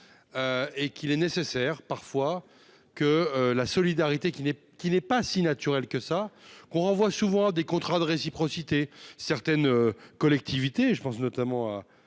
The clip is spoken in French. et qu'il est nécessaire parfois que la solidarité, qui n'est, qui n'est pas si naturel que ça, qu'on renvoie souvent des contrats de réciprocité, certaines collectivités et je pense notamment à